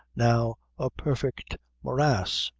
now a perfect morass.